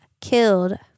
killed